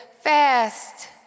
fast